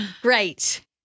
Great